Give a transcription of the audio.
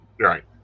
Right